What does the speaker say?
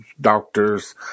doctors